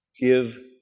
Give